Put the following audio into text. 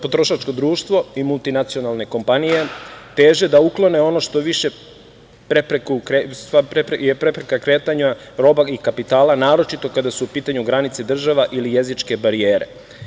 Potrošačko društvo i multinacionalne kompanije teže da uklone što više prepreka kretanja, roba i kapitala, naročito kada su u pitanju granice država ili jezičke barijere.